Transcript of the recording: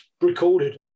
recorded